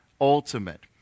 ultimate